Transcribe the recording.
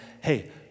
hey